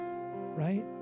right